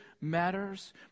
matters